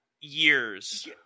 years